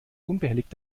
unbehelligt